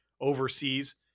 overseas